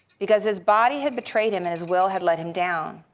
because his body had betrayed him and his will had let him down,